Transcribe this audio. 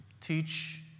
teach